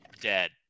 dead